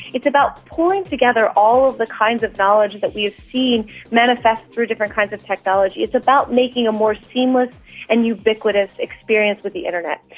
it's about pooling together all of the kinds of knowledge that we've seen manifest through different kinds of technology. it's about making a more seamless and ubiquitous experience of the internet,